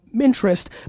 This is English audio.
interest